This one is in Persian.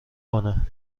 کنه